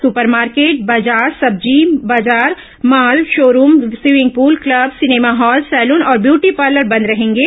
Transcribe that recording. super market बाजार सब्जी बाजार mall showroom swimming pool club cinema hall salon और व्यूरी पार्लर बंद रहेंगे